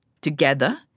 together